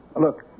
Look